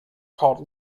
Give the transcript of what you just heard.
called